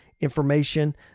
information